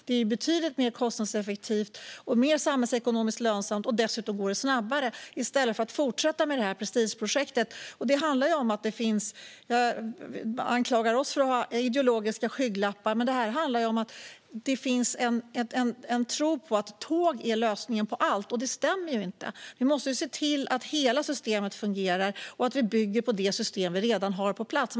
Det är betydligt mer kostnadseffektivt och samhällsekonomiskt lönsamt. Dessutom går det snabbare att göra så i stället för att fortsätta med det här prestigeprojektet. Man anklagar oss för att ha ideologiska skygglappar, men här finns det en tro på att tåg är lösningen på allt, vilket inte stämmer. Vi måste se till att hela systemet fungerar och att vi bygger på det system vi redan har på plats.